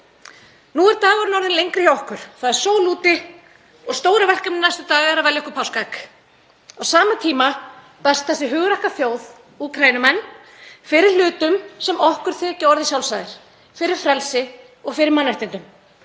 Nú er dagurinn orðinn lengri hjá okkur, það er sól úti og stóra verkefnið næstu daga er að velja okkur páskaegg. Á sama tíma berst þessi hugrakka þjóð, Úkraínumenn, fyrir hlutum sem okkur þykja orðið sjálfsagðir; fyrir frelsi og fyrir mannréttindum.